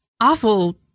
awful